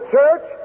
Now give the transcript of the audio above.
church